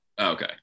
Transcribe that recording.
Okay